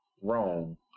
wrong